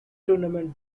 tournament